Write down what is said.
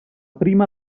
prima